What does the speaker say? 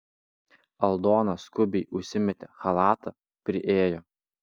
aldona skubiai užsimetė chalatą priėjo